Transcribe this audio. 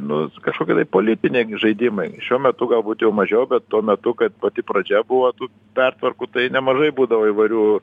nu kažkokie tai politiniai žaidimai šiuo metu galbūt jau mažiau bet tuo metu kad pati pradžia buvo tų pertvarkų tai nemažai būdavo įvairių